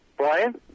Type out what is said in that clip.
Brian